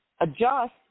adjust